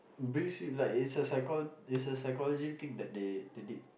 brings you like it's a it's a psychological thing that they did